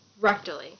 rectally